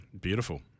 Beautiful